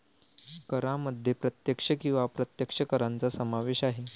करांमध्ये प्रत्यक्ष किंवा अप्रत्यक्ष करांचा समावेश आहे